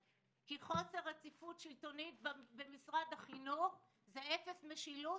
כי חוסר רציפות שלטונית במשרד החינוך זה אפס משילות,